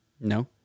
No